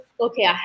okay